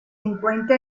encuentra